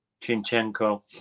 Chinchenko